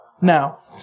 now